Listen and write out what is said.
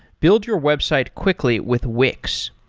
build your website quickly with wix.